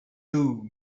too